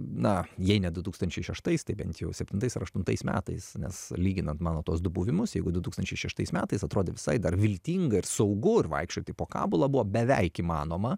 na jei ne du tūkstančiai šeštais tai bent jau septintais ar aštuntais metais nes lyginant mano tuos du buvimus jeigu du tūkstančiai šeštais metais atrodė visai dar viltinga ir saugu ir vaikščioti po kabulą buvo beveik įmanoma